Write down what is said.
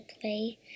play